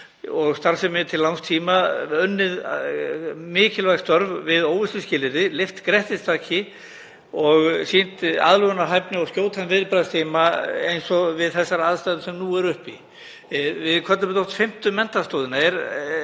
og starfsemi til langs tíma unnið mikilvæg störf við óvissuskilyrði, lyft grettistaki og sýnt aðlögunarhæfni og skjótan viðbragðstíma eins og við þær aðstæður sem nú eru uppi. Við köllum það oft fimmtu menntastoðina. Er